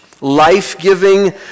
life-giving